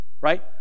Right